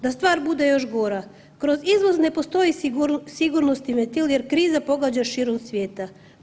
Da stvar bude još gora, kroz izvoz ne postoji sigurnosni ventil jer kriza pogađa širom svijeta.